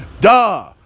duh